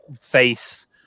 face